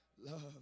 love